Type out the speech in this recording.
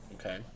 Okay